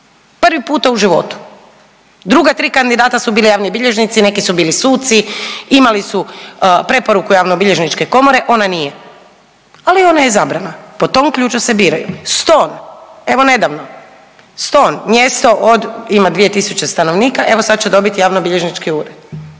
Prvi puta u životu. Druga tri kandidata su bili javni bilježnici i neki su bili suci, imali su preporuku javnobilježničke komore, ona nije, ali ona je izabrana. Po tom ključu se biraju. Ston, evo nedavno, Ston mjesto od, ima 2 tisuće stanovnika evo sad će dobiti javnobilježnički ured.